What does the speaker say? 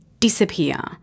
disappear